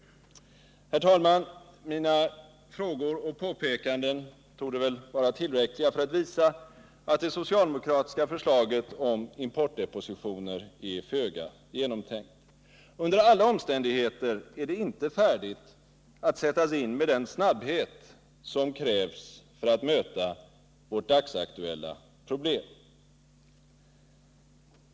Herr talman! Mina frågor och påpekanden torde vara tillräckliga för att visa att det socialdemokratiska förslaget om importdepositioner är föga genomtänkt. Under alla omständigheter är det inte färdigt att sättas in med den snabbhet som krävs för att vi skall kunna möta vårt dagsaktuella problem.